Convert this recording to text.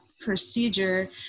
procedure